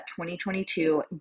2022